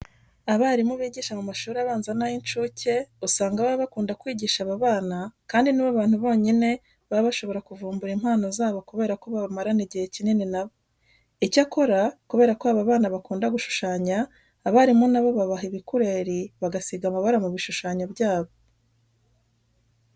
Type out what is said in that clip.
Abarimu bigisha mu mashuri abanza n'ay'incuke usanga baba bakunda kwigisha aba bana kandi ni bo bantu bonyine baba bashobora kuvumbura impano zabo kubera ko bamarana igihe kinini na bo. Icyakora kubera ko aba bana bakunda gushushanya, abarimu na bo babaha ibikureri bagasiga amabara mu bishushanyo byabo.